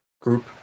Group